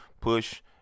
push